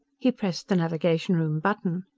he pressed the navigation-room button.